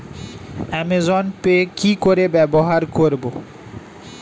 Amazon pay কি করে ব্যবহার করব?